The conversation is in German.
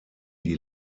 die